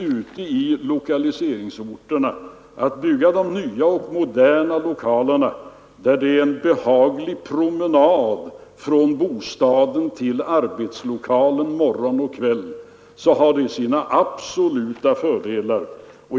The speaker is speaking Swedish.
Att kunna bygga de nya och moderna lokalerna ute i lokaliseringsorterna, med en behaglig promenad från bostaden till arbetslokalen morgon och kväll, har sina absoluta fördelar.